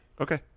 okay